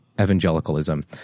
evangelicalism